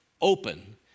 open